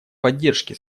поддержке